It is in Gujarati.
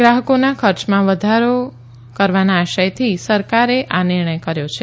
ગ્રાહકોના ખર્ચમાં વધારો કવાના આશયથી સરકારે આ નિર્ણય કર્યો છે